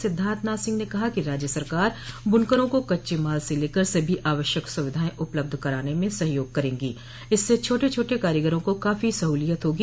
सिद्धार्थनाथ सिंह ने कहा कि राज्य सरकार बुनकरों को कच्चे माल से लेकर सभी आवश्यक सुविधाएं उपलब्ध कराने में सहयोग करेगी इससे छोटे छोटे कारीगरों को काफी सहूलियत होगी